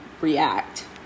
react